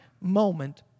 moment